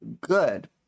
good